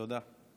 תודה.